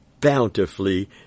bountifully